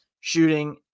shooting